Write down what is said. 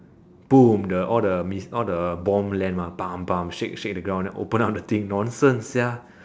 boom the all the mis~ all the bomb land mah shake shake the ground then open up the thing nonsense sia